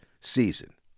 season